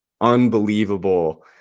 unbelievable